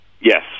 Yes